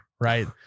right